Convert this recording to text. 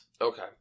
Okay